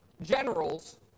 ...generals